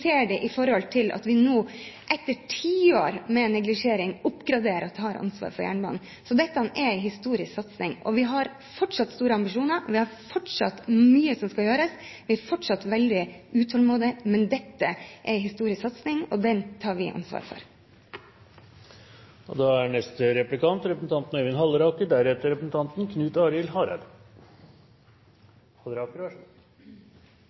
ser det i forhold til at vi nå etter tiår med neglisjering oppgraderer og tar ansvar for jernbanen. Så dette er en historisk satsing. Vi har fortsatt store ambisjoner. Vi har fortsatt mye å gjøre. Vi er fortsatt veldig utålmodige – men dette er en historisk satsing, og det tar vi ansvar for. Det var litt av en skryteliste. Jeg er